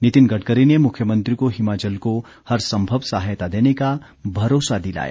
नितिन गडकरी ने मुख्यमंत्री को हिमाचल को हर संभव सहायता देने का भरोसा दिलाया